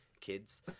kids